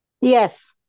Yes